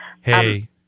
Hey